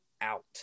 out